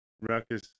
Ruckus